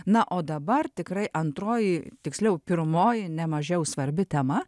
na o dabar tikrai antroji tiksliau pirmoji nemažiau svarbi tema